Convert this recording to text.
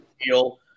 deal